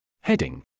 Heading